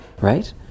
right